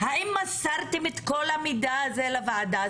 האם מסרתם את כל המידע הזה לוועדה?